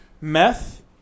meth